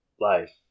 life